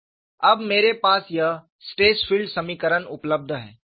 अब मेरे पास यह स्ट्रेस फील्ड समीकरण उपलब्ध हैं